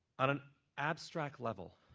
on an abstract level,